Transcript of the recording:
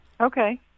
Okay